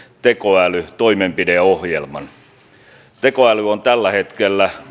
tekoälytoimenpideohjelman tekoäly on tällä hetkellä